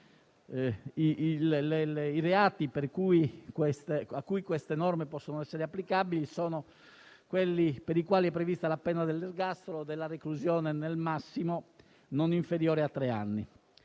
i reati a cui queste norme possono essere applicate sono quelli per i quali è prevista la pena dell'ergastolo o della reclusione nel massimo non inferiore a tre anni.